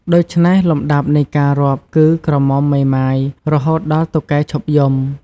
ដូច្នេះ លំដាប់នៃការរាប់គឺ ក្រមុំ មេម៉ាយរហូតដល់តុកែឈប់យំ។